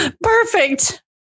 Perfect